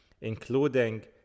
including